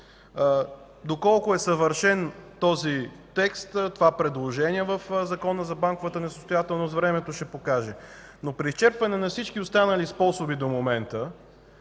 Доколко е съвършен този текст, това предложение в Закона за банковата несъстоятелност времето ще покаже. При изчерпване обаче на всички останали способи до момента